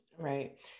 right